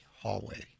hallway